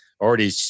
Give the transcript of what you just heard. already